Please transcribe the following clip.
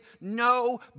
no